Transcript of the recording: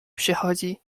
przychodzi